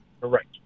Correct